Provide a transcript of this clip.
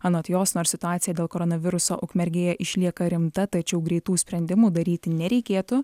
anot jos nors situacija dėl koronaviruso ukmergėje išlieka rimta tačiau greitų sprendimų daryti nereikėtų